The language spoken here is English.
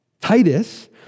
Titus